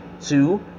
two